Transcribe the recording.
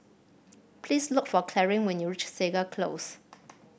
please look for Clarine when you reach Segar Close